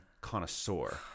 connoisseur